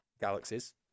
galaxies